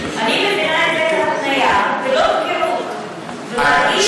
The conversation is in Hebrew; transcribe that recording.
אני מעריך שיהיה ניצול, אני מעריך שיהיה ניצול,